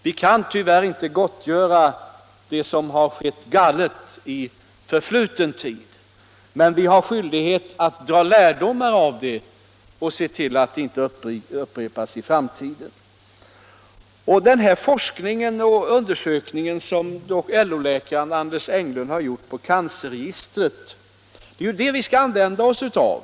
Vi kan tyvärr inte få det som gått galet i förfluten tid ogjort, men vi har skyldighet att dra lärdomar av det och se till att det inte upprepas i framtiden. Den forskning på grundval av cancerregistret som LO-läkaren Anders Englund gjort skall vi använda oss av.